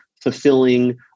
fulfilling